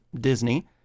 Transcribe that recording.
Disney